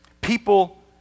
People